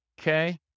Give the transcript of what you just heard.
Okay